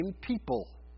people